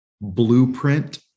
blueprint